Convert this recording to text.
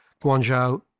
Guangzhou